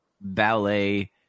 ballet